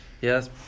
Yes